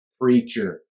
preacher